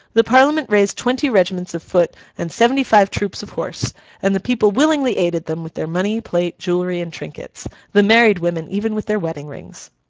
the parliament raised twenty regiments of foot and seventy-five troops of horse and the people willingly aided them with their money, plate, jewellery, and trinkets the married women even with their wedding-rings.